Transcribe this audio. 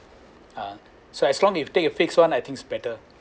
ah so as long if you take a fixed one I think it's better